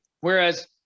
whereas